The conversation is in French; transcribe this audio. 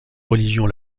religion